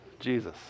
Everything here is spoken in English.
Jesus